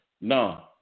No